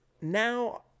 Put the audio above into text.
now